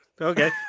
Okay